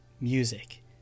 music